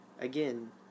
again